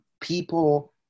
people